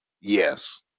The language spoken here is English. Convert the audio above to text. Yes